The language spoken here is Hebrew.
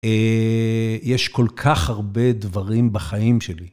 יש כל כך הרבה דברים בחיים שלי.